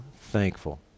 thankful